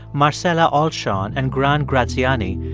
marcella alsan and grant graziani,